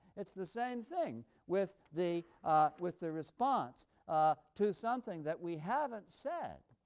it's the same thing with the with the response ah to something that we haven't said,